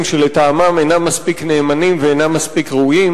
שלטעמם אינם מספיק נאמנים ואינם מספיק ראויים.